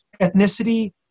ethnicity